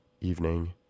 evening